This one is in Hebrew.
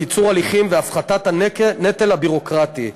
קיצור הליכים והפחתת הנטל הביורוקרטי.